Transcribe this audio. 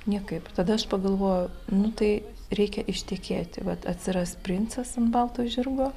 niekaip tada aš pagalvojau nu tai reikia ištekėti vat atsiras princas ant balto žirgo